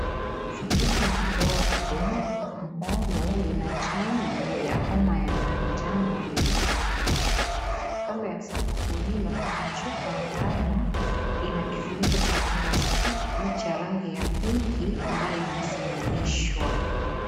Sanduku ndogo ambalo lina chanjo ya homa ya manjano limesimamishwa, kando ya sanduku hilo kuna chupa ambayo ina kifuniko cha plastiki cha rangi ya pinki ambayo imesimamishwa.